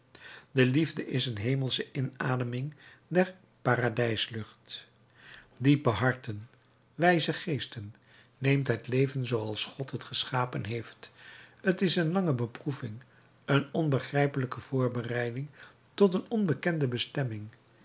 de liefde is een hemelsche inademing der paradijslucht diepe harten wijze geesten neemt het leven zooals god het geschapen heeft t is een lange beproeving een onbegrijpelijke voorbereiding tot een onbekende bestemming